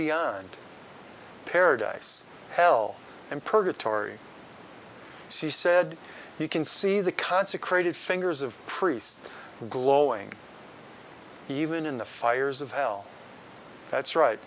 beyond paradise hell and purgatory said you can see the consecrated fingers of priests glowing even in the fires of hell that's right